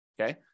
okay